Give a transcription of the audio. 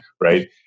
right